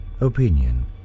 opinion